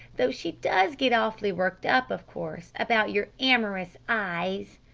though she does get awfully worked up, of course, about your amorous eyes!